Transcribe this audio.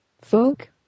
folk